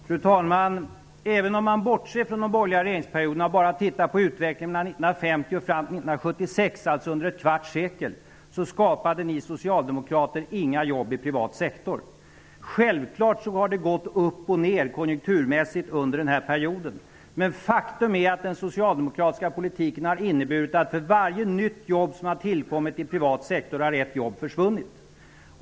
Fru talman! Även om man bortser från de borgerliga regeringsperioderna och bara ser på utvecklingen mellan 1950 och fram till 1976 -- alltså under ett kvarts sekel -- visar det sig att ni socialdemokrater inte skapade några jobb i privat sektor. Självfallet har konjunkturerna under den här perioden gått upp och ner, men faktum är att den socialdemokratiska politiken har inneburit att för varje nytt jobb som har tillkommit i privat sektor har ett jobb försvunnit.